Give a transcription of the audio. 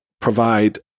provide